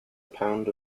pound